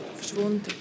verschwunden